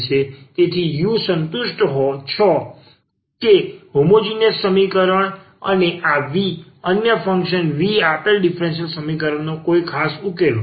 તેથી u સંતુષ્ટ છો કે હોમોજીનીયસ સમીકરણ અને આ v અન્ય ફંક્શન v આપેલ ડીફરન્સીયલ સમીકરણનો કોઈ ખાસ ઉકેલો